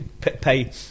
pay